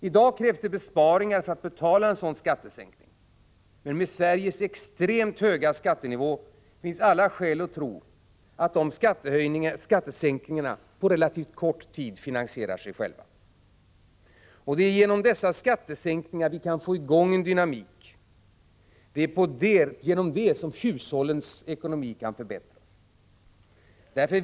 I dag krävs det besparingar för att betala en sådan skattesänkning, men med Sveriges extremt höga skattenivå finns det alla skäl att tro att dessa skattesänkningar på relativt kort tid finansierar sig själva. Det är genom dessa skattesänkningar som vi kan få i gång en dynamik, det är på så sätt hushållens ekonomi kan förbättras.